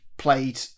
played